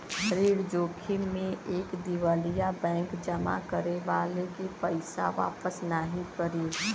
ऋण जोखिम में एक दिवालिया बैंक जमा करे वाले के पइसा वापस नाहीं करी